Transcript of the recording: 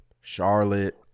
Charlotte